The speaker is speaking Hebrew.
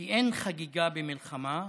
כי אין חגיגה במלחמה,